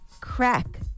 crack